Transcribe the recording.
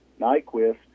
Nyquist